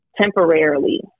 temporarily